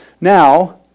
Now